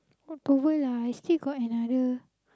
what October lah I still got another